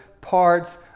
parts